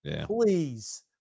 Please